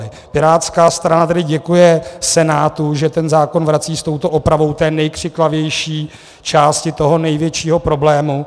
Pirátská strana tedy děkuje Senátu, že ten zákon vrací s touto opravou té nejkřiklavější části, toho největšího problému.